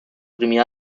primi